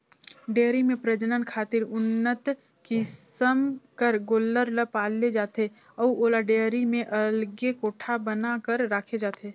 dairy में प्रजनन खातिर उन्नत किसम कर गोल्लर ल पाले जाथे अउ ओला डेयरी में अलगे कोठा बना कर राखे जाथे